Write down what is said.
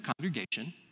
congregation